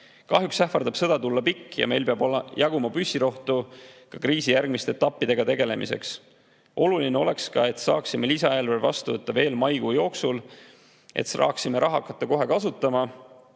Kahjuks ähvardab sõda tulla pikk ja meil peab jaguma püssirohtu ka kriisi järgmiste etappidega tegelemiseks. Oluline on lisaeelarve vastu võtta veel maikuu jooksul, et saaksime raha hakata kohe kasutama.